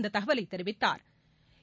இந்த தகவலை தெரிவித்தாா்